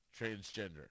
transgender